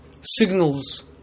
signals